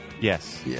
Yes